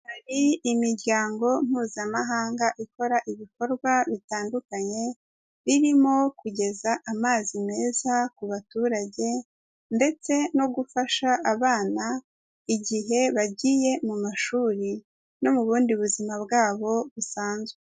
Imiryango mpuzamahanga ikora ibikorwa bitandukanye, birimo kugeza amazi meza ku baturage ndetse no gufasha abana igihe bagiye mu mashuri, no mu bundi buzima bwabo busanzwe.